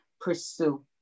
pursue